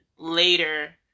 Later